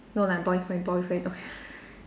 no like boyfriend boyfriend